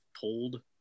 pulled